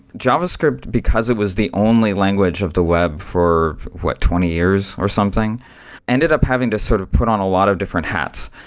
javascript, because it was the only language of the web for what? twenty years or something ended up having to sort of put on a lot of different hats.